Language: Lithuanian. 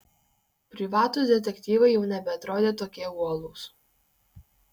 privatūs detektyvai jau nebeatrodė tokie uolūs